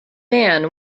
man